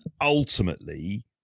Ultimately